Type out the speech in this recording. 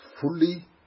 fully